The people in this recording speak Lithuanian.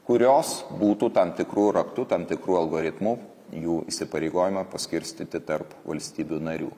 kurios būtų tam tikru raktu tam tikru algoritmu jų įsipareigojimą paskirstyti tarp valstybių narių